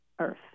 Earth